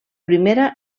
primera